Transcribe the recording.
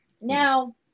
Now